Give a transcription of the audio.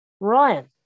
Ryan